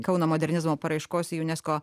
kauno modernizmo paraiškos į unesco